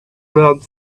learned